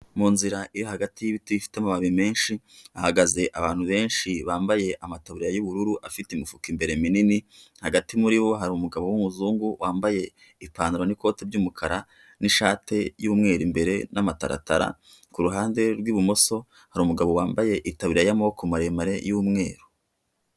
Mu nzira iri hagati y'ibiti ifite amababi menshi hahagaze abantu benshi bambaye amataburiya y'ubururu afite imifuka imbere minini hagati muri bo hari umugabo w'umuzungu wambaye ipantaro n'ikote ry'umukara n'ishati y'umweru imbere n'amataratara, kuruhande rw'ibumoso hari umugabo wambaye itaburiya y'amaboko maremare yumweru.